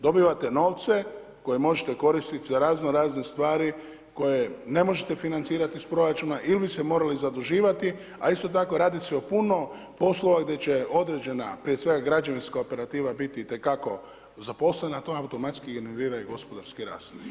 Dobivate novce koje možete koristiti za razno razne stvari koje ne možete financirati iz proračuna ili se morali zaduživati, a isto tako radi se o puno poslova gdje će određena, prije svega građevinska operativa biti itekako zaposlena, to automatski … gospodarski rast.